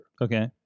Okay